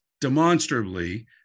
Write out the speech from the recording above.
demonstrably